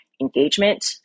engagement